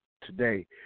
today